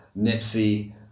Nipsey